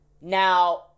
Now